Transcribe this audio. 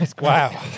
wow